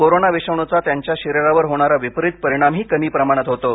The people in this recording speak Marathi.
कोरोना विषाणूचा त्यांच्या शरीरावर होणारा विपरीत परिणामही कमी प्रमाणात होतो